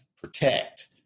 protect